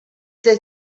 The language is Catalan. des